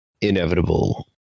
inevitable